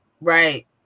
right